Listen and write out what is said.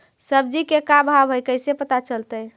सब्जी के का भाव है कैसे पता चलतै?